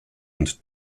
und